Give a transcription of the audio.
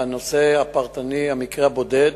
לנושא הפרטני, המקרה הבודד,